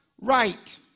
right